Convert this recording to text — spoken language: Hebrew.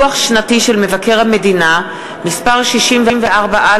הדוח השנתי של מבקר המדינה מס' 64א